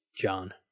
John